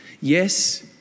Yes